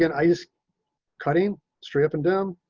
and i just cutting straight up and down.